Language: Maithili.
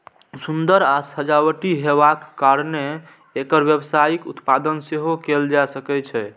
सुंदर आ सजावटी हेबाक कारणें एकर व्यावसायिक उत्पादन सेहो कैल जा सकै छै